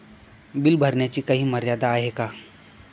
Bill भरण्याची काही मर्यादा आहे का?